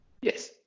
Yes